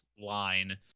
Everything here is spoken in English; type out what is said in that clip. line